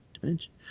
dimension